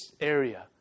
area